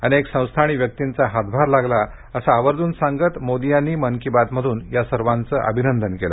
अनेक संस्था आणि व्यक्तींचा हातभार लागला असं आवर्जून सांगत पंतप्रधान नरेंद्र मोदी यांनी मन की बात मधून या सर्वांचं अभिनंदन केलं